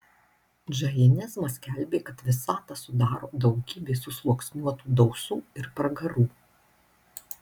džainizmas skelbė kad visatą sudaro daugybė susluoksniuotų dausų ir pragarų